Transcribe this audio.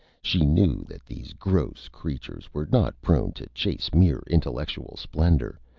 she knew that these gross creatures were not prone to chase mere intellectual splendor,